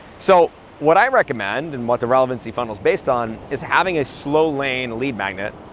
so what i recommend and what the relevancy funnel is based on is having a slow lane lead magnet,